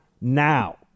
now